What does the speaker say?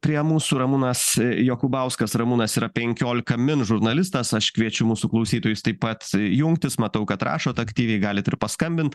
prie mūsų ramūnas jokubauskas ramūnas yra penkiolika min žurnalistas aš kviečiu mūsų klausytojus taip pat jungtis matau kad rašot aktyviai galit ir paskambint